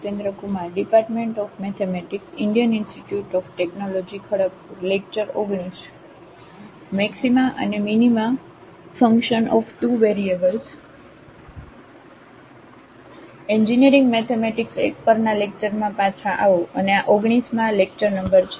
તેથી engineering mathematics I પરના lecture માં પાછા આવો અને આ 19 ના લેક્ચર નંબર છે